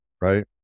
right